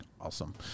Awesome